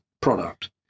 product